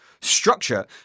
structure